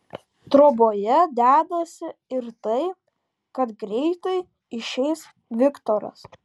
troboje dedasi ir tai kad greitai išeis viktoras